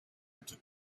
into